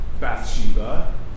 Bathsheba